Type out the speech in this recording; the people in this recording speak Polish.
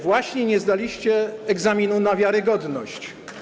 Właśnie nie zdaliście egzaminu na wiarygodność.